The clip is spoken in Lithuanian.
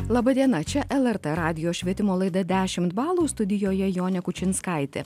laba diena čia lrt radijo švietimo laida dešimt balų studijoje jonė kučinskaitė